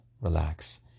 relax